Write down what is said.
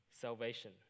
salvation